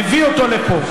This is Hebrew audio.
הביא אותו לפה.